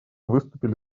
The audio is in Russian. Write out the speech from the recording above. выступили